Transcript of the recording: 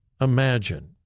imagine